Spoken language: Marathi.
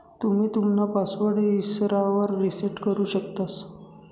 तुम्ही तुमना पासवर्ड इसरावर रिसेट करु शकतंस